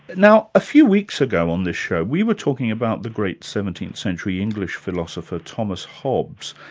now a few weeks ago on this show, we were talking about the great seventeenth century english philosopher, thomas hobbes,